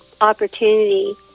opportunity